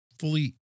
fully